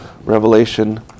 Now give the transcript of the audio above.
Revelation